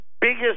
biggest